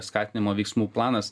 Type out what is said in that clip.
skatinimo veiksmų planas